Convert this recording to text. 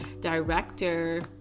Director